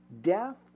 death